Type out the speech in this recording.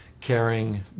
caring